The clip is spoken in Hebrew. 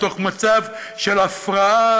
מתוך מצב של הפרעה,